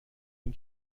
این